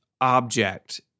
object